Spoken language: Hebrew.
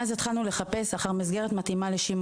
מאז התחלנו לחפש אחר מסגרת מתאימה לש',